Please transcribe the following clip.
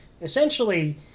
essentially